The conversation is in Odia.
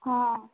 ହଁ